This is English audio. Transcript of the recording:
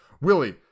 Willie